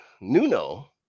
Nuno